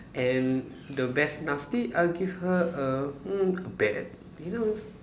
and the best I'll give her a mm a bat you know